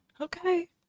Okay